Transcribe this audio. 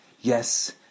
Yes